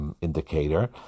indicator